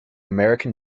american